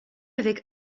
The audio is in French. avec